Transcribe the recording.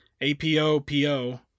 A-P-O-P-O